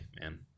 man